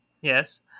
yes